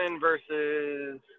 versus